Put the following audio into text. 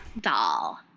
doll